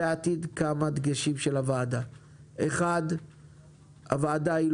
כמה דגשים של הוועדה לעתיד: 1. הוועדה אינה